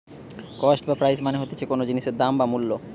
cost বা price মানে হতিছে কোনো জিনিসের দাম বা মূল্য